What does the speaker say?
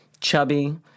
chubby